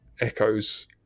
echoes